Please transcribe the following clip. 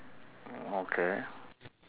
okay